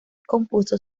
compuso